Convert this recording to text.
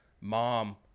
mom